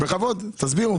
בכבוד, תסבירו.